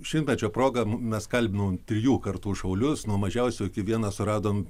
šimtmečio proga mes kalbinom trijų kartų šaulius nuo mažiausio iki vieną suradom